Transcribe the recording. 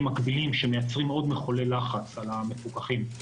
מקבילים שמייצרים עוד מחולל לחץ על המפוקחים,